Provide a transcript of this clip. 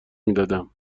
میدادم